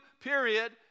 period